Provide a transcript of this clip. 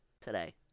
today